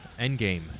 Endgame